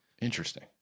Interesting